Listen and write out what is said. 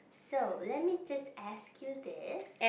so let me just ask you this